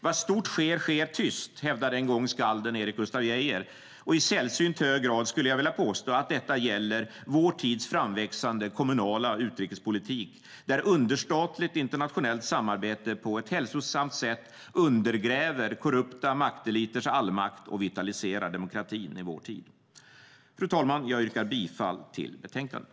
Vad stort sker, sker tyst, hävdade en gång skalden Erik Gustaf Geijer, och jag skulle vilja påstå att detta i sällsynt hög grad gäller vår tids framväxande kommunala utrikespolitik, där understatligt internationellt samarbete på ett hälsosamt sätt undergräver korrupta makteliters allmakt och vitaliserar demokratin i vår tid. Fru talman! Jag yrkar bifall till utskottets förslag i betänkandet.